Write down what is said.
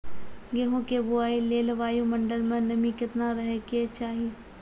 गेहूँ के बुआई लेल वायु मंडल मे नमी केतना रहे के चाहि?